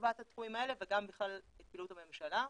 לטובת התחומים האלה וגם בכלל את פעילות הממשלה.